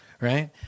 right